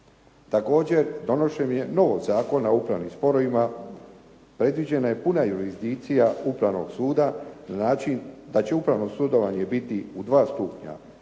Također donošenje novog Zakona o upravnim sporovima predviđena je puna jurizdikcija upravnog suda, na način da će upravno sudovanje biti u dva stupnja.